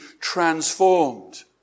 transformed